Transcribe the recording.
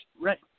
Right